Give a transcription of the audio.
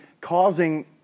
causing